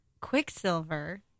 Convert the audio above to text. Quicksilver